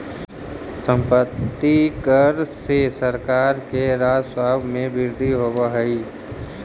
सम्पत्ति कर से सरकार के राजस्व में वृद्धि होवऽ हई